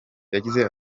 yagize